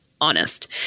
Honest